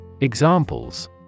Examples